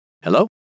Hello